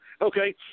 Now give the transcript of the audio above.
Okay